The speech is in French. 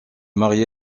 marié